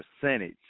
percentage